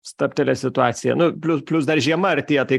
stabtelės situacija nu pliu plius dar žiema artėja tai